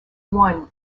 one